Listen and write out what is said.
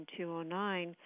209